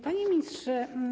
Panie Ministrze!